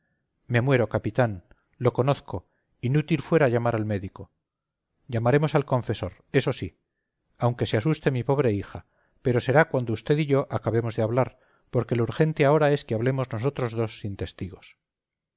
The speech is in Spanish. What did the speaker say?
me muero capitán lo conozco inútil fuera llamar al médico llamaremos al confesor eso sí aunque se asuste mi pobre hija pero será cuando usted y yo acabemos de hablar porque lo urgente ahora es que hablemos nosotros dos